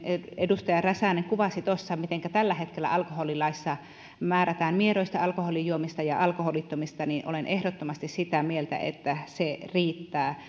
edustaja räsänen kuvasi miten tällä hetkellä alkoholilaissa määrätään miedoista alkoholijuomista ja ja alkoholittomista olen ehdottomasti sitä mieltä että se riittää